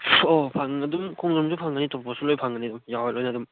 ꯑꯣ ꯐꯪ ꯑꯗꯨꯝ ꯈꯣꯡꯗ꯭ꯔꯨꯝꯁꯨ ꯐꯪꯒꯅꯤ ꯇꯣꯔꯕꯦꯠꯁꯨ ꯂꯣꯏ ꯐꯪꯒꯅꯤ ꯌꯥꯎꯔꯦ ꯂꯣꯏꯅ ꯑꯗꯨꯝ